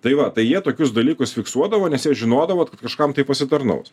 tai va tai jie tokius dalykus fiksuodavo nes jie žinodavo kad kažkam tai pasitarnaus